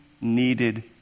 needed